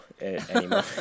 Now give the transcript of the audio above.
anymore